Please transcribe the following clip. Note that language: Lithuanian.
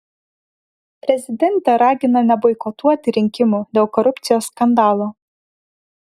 prezidentė ragina neboikotuoti rinkimų dėl korupcijos skandalo